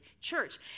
church